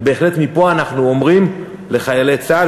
ובהחלט מפה אנחנו אומרים לחיילי צה"ל: